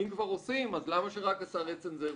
אם כבר עושים אז למה שרק השר יצנזר?